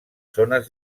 zones